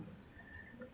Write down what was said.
ha pause pause pause